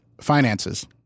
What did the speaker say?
finances